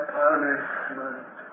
punishment